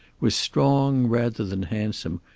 was strong rather than handsome,